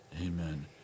Amen